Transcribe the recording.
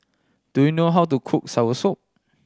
do you know how to cook soursop